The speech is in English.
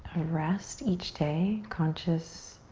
ah rest each day. conscious